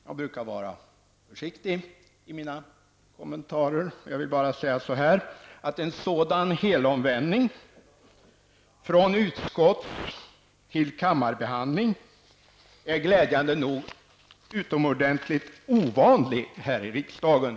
Jag brukar vara försiktig i mina kommentarer, men jag vill bara säga att en sådan helomvändning under tiden från utskottsbehandling fram till kammarbehandling är glädjande nog utomordentligt ovanlig här i riksdagen.